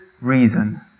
reason